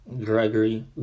Gregory